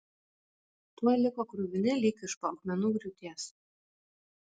tuoj liko kruvini lyg iš po akmenų griūties